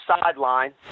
sideline